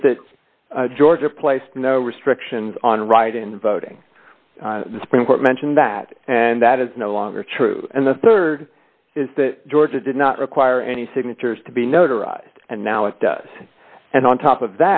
is that georgia placed no restrictions on writing voting the supreme court mentioned that and that is no longer true and the rd is that georgia did not require any signatures to be notarized and now it does and on top of